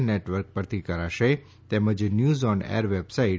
network પરથી કરશે તેમજ ન્યૂઝ ઓન એર વેબસાઇટ